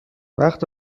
وقت